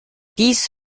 dies